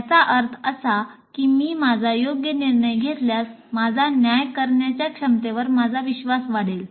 याचा अर्थ असा की मी माझा योग्य निर्णय घेतल्यास माझा न्याय करण्याच्या क्षमतेवर माझा विश्वास वाढेल